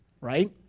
right